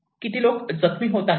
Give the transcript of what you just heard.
किती लोक जखमी होत आहेत